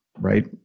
right